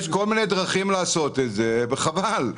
יש כל מיני דרכים לעשות את זה, וחבל.